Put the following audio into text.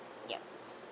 yup